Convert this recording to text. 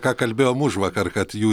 ką kalbėjom užvakar kad jų